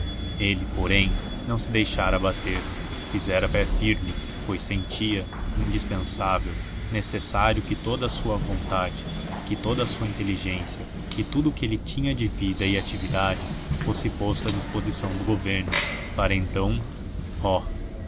ele porém não se deixara abater fizera pé firme pois sentia indispensável necessário que toda a sua vontade que toda a sua inteligência que tudo o que ele tinha de vida e atividade fosse posto à disposição do governo para então oh